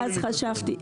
אז חשבתי.